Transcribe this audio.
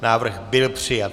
Návrh byl přijat.